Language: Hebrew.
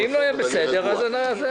ואם לא יהיה בסדר אז זה בסדר.